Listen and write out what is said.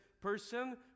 person